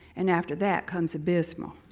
and after that comes abysmal.